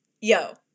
Yo